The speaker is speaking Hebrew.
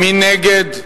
מי נגד?